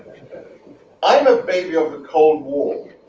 i'm a baby of the cold war.